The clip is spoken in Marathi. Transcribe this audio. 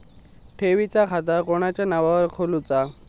ठेवीचा खाता कोणाच्या नावार खोलूचा?